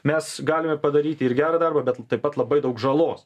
mes galime padaryti ir gerą darbą bet taip pat labai daug žalos